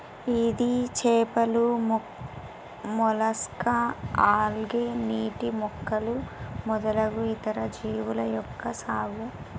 ఇది చేపలు, mollusca, algae, నీటి మొక్కలు మొదలగు ఇతర జీవుల యొక్క సాగు